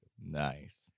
Nice